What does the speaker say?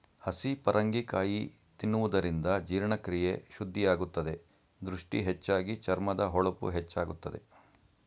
ಹಸಿ ಪರಂಗಿ ಕಾಯಿ ತಿನ್ನುವುದರಿಂದ ಜೀರ್ಣಕ್ರಿಯೆ ಶುದ್ಧಿಯಾಗುತ್ತದೆ, ದೃಷ್ಟಿ ಹೆಚ್ಚಾಗಿ, ಚರ್ಮದ ಹೊಳಪು ಹೆಚ್ಚಾಗುತ್ತದೆ